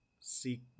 Seek